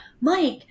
mike